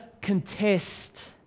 contest